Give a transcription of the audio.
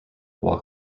while